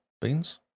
Beans